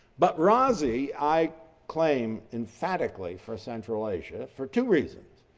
but razi, i claim emphatically for central asia for two reasons,